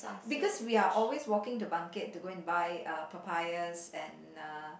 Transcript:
because we are always walking to Bangkit to go and buy uh papayas and uh